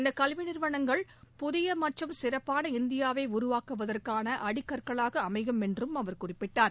இந்தக் கல்வி நிறுவனங்கள் புதிய மற்றும் சிறப்பான இந்தியாவை உருவாக்குவதற்கான அடிக்கற்களாக அமையும் என்றும் அவர் குறிப்பிட்டார்